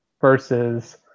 versus